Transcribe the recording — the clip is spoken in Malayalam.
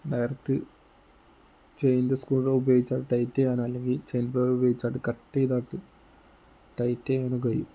ഡയറക്റ്റ് ചെയിൻ്റെ സ്ക്രൂ ഡ്രൈവർ ഉപയോഗിച്ചാൽ ടൈറ്റ് ചെയ്യാൻ അല്ലെങ്കിൽ ചെയിൻ പ്ലയർ ഉപയോഗിച്ചത് കട്ട് ചെയ്തതായിട്ട് ടൈറ്റ് ചെയ്യാനും കഴിയും